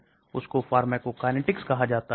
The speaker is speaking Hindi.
AT II रक्तचाप को नियंत्रित करता है